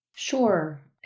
Sure